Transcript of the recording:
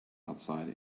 outside